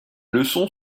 leçon